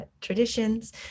traditions